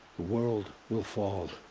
world. will fall.